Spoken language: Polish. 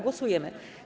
Głosujemy.